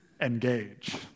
Engage